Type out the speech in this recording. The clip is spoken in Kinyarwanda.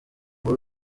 muri